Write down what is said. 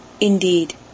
indeed